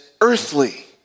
earthly